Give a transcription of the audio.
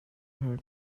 her